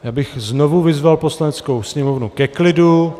Já bych znovu vyzval Poslaneckou sněmovnu ke klidu.